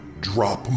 drop